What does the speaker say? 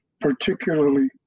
particularly